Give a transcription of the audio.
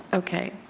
okay.